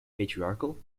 patriarchal